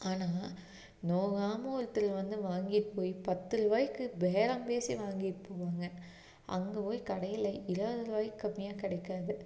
ஆனால் நோகாமல் ஒருத்தர் வந்து வாங்கிட்டு போய் பத்து ரூபாய்க்கு பேரம் பேசி வாங்கிட்டு போவாங்க அங்கே போய் கடையில் இருவது ரூபாய்க்கு கம்மியாக கிடைக்காது